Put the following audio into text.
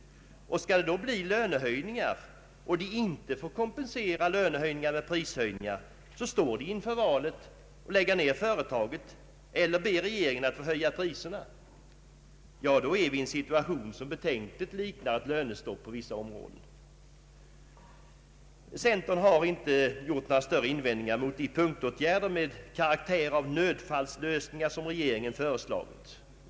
Blir det lönehöjningar och dessa inte får kompenseras med prishöjningar, står dessa företag inför valet att lägga ned eller be regeringen att få höja priserna. Då är vi i en situation som betänkligt liknar ett lönestopp på vissa områden. Centern har inte gjort några större invändningar mot de punktåtgärder med karaktär av nödfallslösningar som regeringen föreslagit.